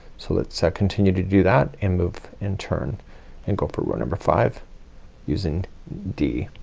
so let's continue to do that and move and turn and go for row number five using d.